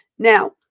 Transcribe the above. Now